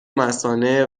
مثانه